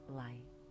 light